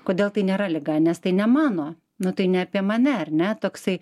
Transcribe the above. kodėl tai nėra liga nes tai ne mano nu tai ne apie mane ar ne toksai